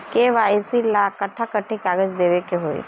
KYC ला कट्ठा कथी कागज देवे के होई?